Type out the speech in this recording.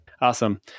Awesome